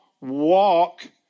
walk